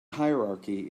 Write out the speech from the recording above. hierarchy